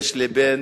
יש לי בן